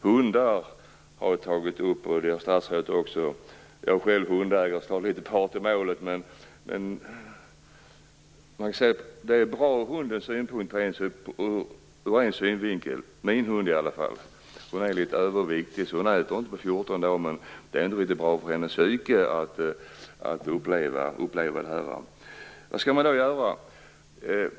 Jag har tagit upp frågan om hundar, och det har också statsrådet gjort. Jag är själv hundägare och är därför kanske part i målet. För min hund är detta bra ur en synvinkel, nämligen att hon är litet överviktig och på grund av smällandet inte äter på 14 dagar. Men det är inte bra för hennes psyke att uppleva detta. Vad skall man då göra?